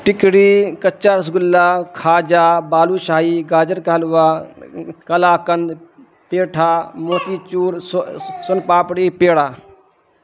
ٹکڑی کچا رس گلہ کھاجا بالو شاہی گاجر کلوا کلا کند پیٹھا موتی چور سن پاپڑی پیڑا